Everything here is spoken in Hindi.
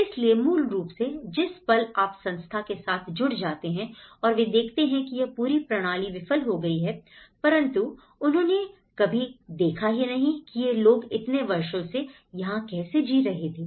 इसलिए मूल रूप से जिस पल आप संस्था के साथ जुड़ जाते हैं और वे देखते हैं कि यह पूरी प्रणाली विफल हो गई है परंतु उन्होंने कभी देखा ही नहीं कि यह लोग इतने वर्षों से यहां कैसे जी रहे थे